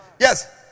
Yes